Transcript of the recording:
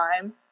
time